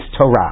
Torah